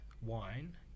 wine